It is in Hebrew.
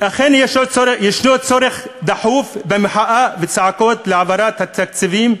אכן יש צורך דחוף במחאה וצעקות להעברת התקציבים,